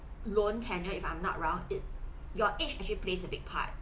loan tenure if I'm not wrong it your age actually plays a big part